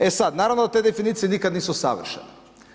E sad, naravno da te definicije nikad nisu savršene.